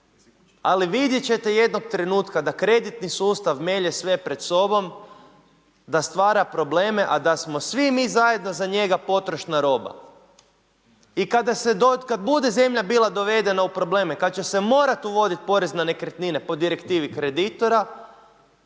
Ali vidjeti ćete jednog trenutka da kreditni sustav melje sve pred sobom, da stvara probleme a da smo svi mi zajedno za njega potrošna roba. I kada bude zemlja bila dovedena u probleme, kada će se morati uvoditi porez na nekretnine po direktivi kreditora.